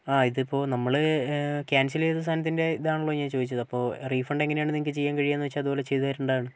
ആ ഇതിപ്പോൾ നമ്മൾ ക്യാൻസൽ ചെയ്ത സാധനത്തിന്റെ ഇതാണല്ലോ ഞാൻ ചോദിച്ചത് അപ്പോൾ റീഫണ്ട് എങ്ങനെയാണ് നിങ്ങൾക്ക് ചെയ്യാൻ കഴിയുകയെന്ന് വച്ചാൽ അതുപോലെ ചെയ്ത് തരേണ്ടതാണ്